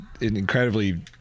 incredibly